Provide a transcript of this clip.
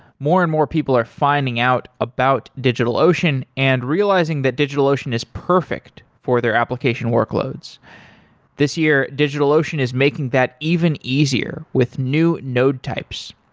more and more, people are finding out about digitalocean and realizing that digitalocean is perfect for their application workloads this year, digitalocean is making that even easier with new node types.